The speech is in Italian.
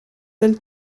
del